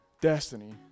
destiny